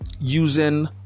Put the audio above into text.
using